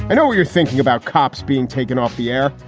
and know you're thinking about cops being taken off the air.